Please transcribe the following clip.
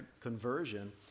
conversion